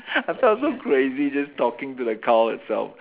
I felt so crazy just talking to the cow itself